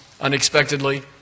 unexpectedly